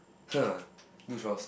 !huh! do chores